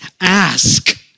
ask